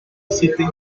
city